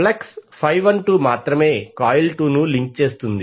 flux 12మాత్రమే coil 2 ను link చేస్తుంది